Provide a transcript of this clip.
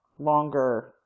longer